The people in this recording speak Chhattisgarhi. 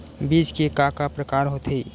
बीज के का का प्रकार होथे?